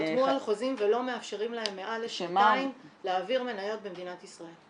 חתמו על חוזים ולא מאפשרים להם מעל לשנתיים להעביר מניות במדינת ישראל.